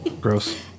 Gross